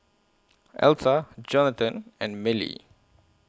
Altha Johnathan and Mellie